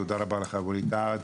תודה רבה לך, ווליד טאהא,